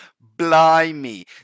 BLIMEY